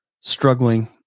struggling